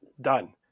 Done